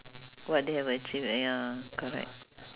what they have achieved ah ya correct